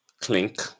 clink